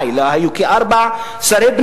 בשפה הערבית ובשפה העברית,